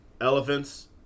Elephants